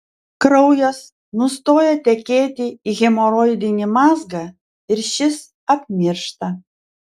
kraujas nustoja tekėti į hemoroidinį mazgą ir šis apmiršta